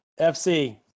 FC